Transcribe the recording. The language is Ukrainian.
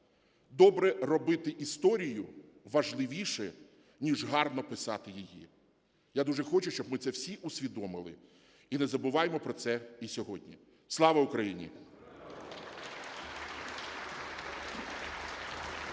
"Добре робити історію важливіше, ніж гарно писати її". Я дуже хочу, щоб ми це всі усвідомили, і не забуваймо про це і сьогодні. Слава Україні!